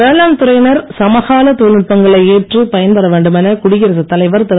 வேளாண் துறையினர் ச மகாலத் தொழில்நுட்பங்களை ஏற்று பயன்பெற வேண்டும் என குடியரசுத் தலைவர் திரு